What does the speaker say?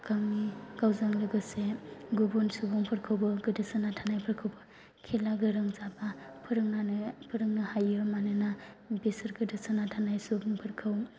गावजों लोगोसे गुबुन सुबुंफोरखौबो गोदोसोनानै थानायफोरखौबो खेला गोरों जाबा फोरोंनो हायो मानोना बिसोर गोदोसोना थानाय सुबुंफोरखौ